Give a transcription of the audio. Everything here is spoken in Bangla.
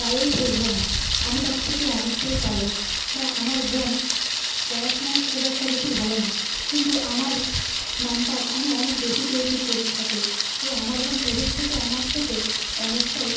গায়েও ঠেসবো না আমি তার থেকে অনেকটাই কালো বা আমার বোন পড়াশুনায় খুব একটা বেশি ভালো না কিন্তু আমার নাম্বার আমি অনেক বেশি পেয়েছি পরীক্ষাতে তাই আমার বোন এদিক থেকে আমার থেকে অনেকটাই